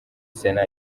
sena